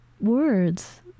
words